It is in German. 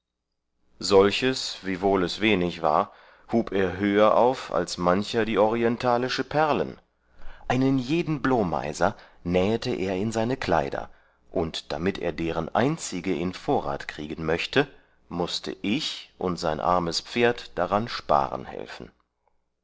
solches wiewohl es wenig war hub er höher auf als mancher die orientalische perlen einen jeden blomeiser nähete er in seine kleider und damit er deren einzige in vorrat kriegen möchte mußte ich und sein armes pferd daran sparen helfen